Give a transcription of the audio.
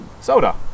soda